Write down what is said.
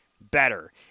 better